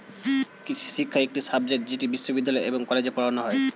কৃষিশিক্ষা একটি সাবজেক্ট যেটি বিশ্ববিদ্যালয় এবং কলেজে পড়ানো হয়